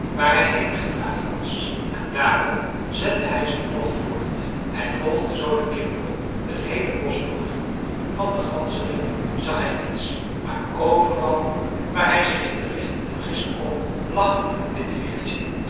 waar hij heen gedragen was en daarom zette hij zijn tocht voort hij volgde zoo de kinderen het heele bosch door van den ganzerik zag hij niets maar overal waar hij zich in de richting vergissen kon lag een wit veertje